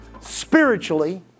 spiritually